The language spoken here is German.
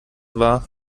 war